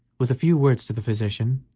with a few words to the physician,